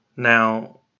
Now